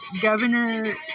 governor